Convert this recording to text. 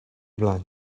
blanc